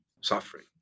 suffering